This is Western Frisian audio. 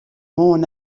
moarn